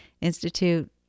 Institute